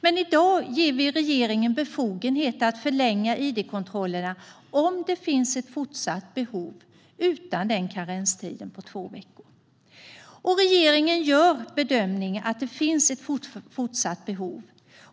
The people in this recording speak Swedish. Men i dag ger vi regeringen befogenhet att förlänga id-kontrollerna om det finns ett fortsatt behov, utan karenstiden på två veckor. Regeringen gör bedömningen att det finns ett fortsatt behov.